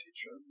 teacher